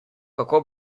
kako